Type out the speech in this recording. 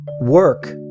Work